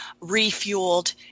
refueled